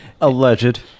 Alleged